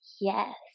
Yes